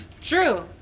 True